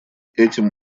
этим